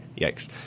Yikes